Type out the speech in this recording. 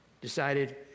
decided